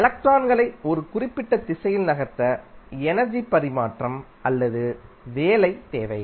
எலக்ட்ரான்களை ஒரு குறிப்பிட்ட திசையில் நகர்த்த எனர்ஜி பரிமாற்றம் அல்லது வேலை தேவை